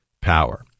power